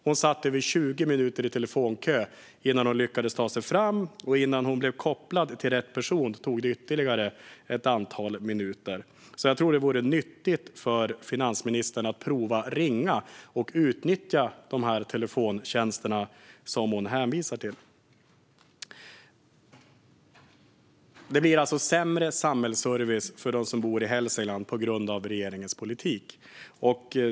Hon satt i över 20 minuter i telefonkö innan hon lyckades ta sig fram, och innan hon blev kopplad till rätt person tog det ytterligare ett antal minuter. Jag tror att det vore nyttigt för finansministern att prova att ringa och utnyttja de telefontjänster som hon hänvisar till. På grund av regeringens politik blir det alltså sämre samhällsservice för dem som bor i Hälsingland.